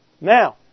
Now